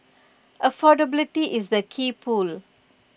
affordability is the key pull